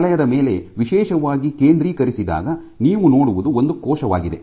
ಈ ವಲಯದ ಮೇಲೆ ವಿಶೇಷವಾಗಿ ಕೇಂದ್ರೀಕರಿಸಿದಾಗ ನೀವು ನೋಡುವುದು ಒಂದು ಕೋಶವಾಗಿದೆ